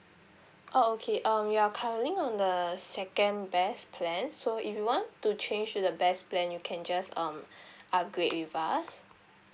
oh okay um you are currently on the second best plan so if you want to change to the best plan you can just um upgrade with us